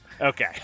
Okay